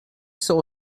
saw